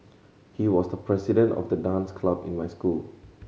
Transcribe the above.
he was the president of the dance club in my school